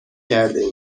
کردهایم